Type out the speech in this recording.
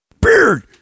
beard